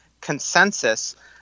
consensus